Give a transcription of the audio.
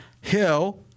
Hill